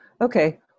Okay